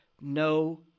no